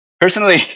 Personally